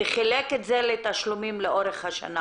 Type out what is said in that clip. וחילק את זה לתשלומים לאורך השנה.